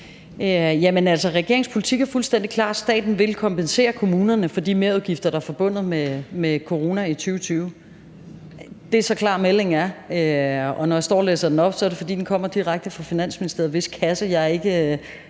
regeringens politik er fuldstændig klar: Staten vil kompensere kommunerne for de merudgifter, der er forbundet med corona i 2020. Det er så klar, meldingen er. Og når jeg står og læser den op, er det fordi den kommer direkte fra Finansministeriet, hvis kasse jeg